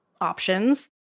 options